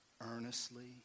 earnestly